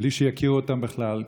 בלי שיכירו אותם בכלל,